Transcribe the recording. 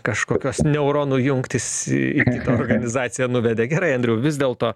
kažkokios neuronų jungtys į organizaciją nuvedė gerai andriau vis dėlto